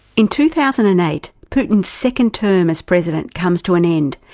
in two thousand and eight, putin's second term as president comes to an end,